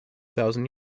thousand